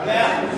מליאה.